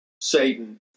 Satan